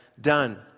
done